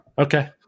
Okay